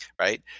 right